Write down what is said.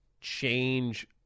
change